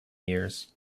years